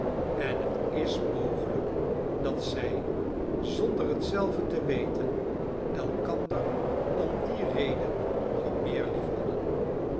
en het is mogelijk dat zij zonder het zelven te weten elkander om die reden nog meer